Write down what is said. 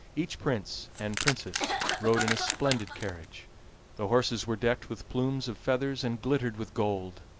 each prince and princess rode in a splendid carriage the horses were decked with plumes of feathers, and glittered with gold.